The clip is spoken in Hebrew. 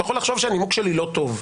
אתה יכול לחשוב שהנימוק שלי לא טוב,